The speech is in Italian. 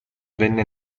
venne